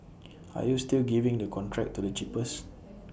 are you still giving the contract to the cheapest